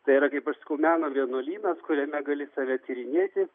tai yra kaip aš sakau meno vienuolynas kuriame gali save tyrinėti